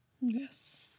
Yes